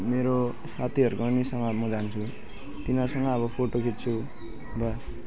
मेरो साथीहरूको उनीहरूसँग म जान्छु तिनीहरूसँग अब फोटो खिच्छु वा